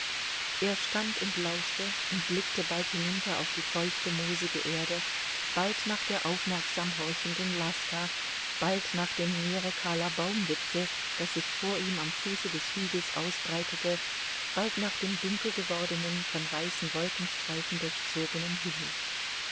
er stand und lauschte und blickte bald hinunter auf die feuchte moosige erde bald nach der aufmerksam horchenden laska bald nach dem meere kahler baumwipfel das sich vor ihm am fuße des hügels ausbreitete bald nach dem dunkel gewordenen von weißen wolkenstreifen durchzogenen himmel